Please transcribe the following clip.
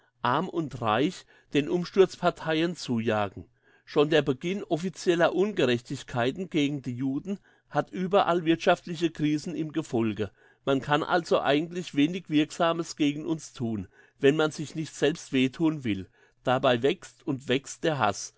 arm und reich den umsturzparteien zujagen schon der beginn officieller ungerechtigkeiten gegen die juden hat überall wirthschaftliche krisen im gefolge man kann also eigentlich wenig wirksames gegen uns thun wenn man sich nicht selbst weh thun will dabei wächst und wächst der hass